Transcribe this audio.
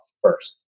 first